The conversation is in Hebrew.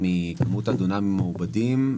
על כמות העיקורים והסירוסים שהם מבצעים,